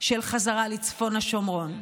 של חזרה לצפון השומרון.